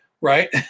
right